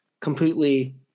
completely